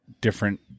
different